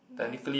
then